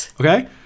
okay